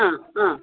ആ ആ